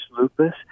lupus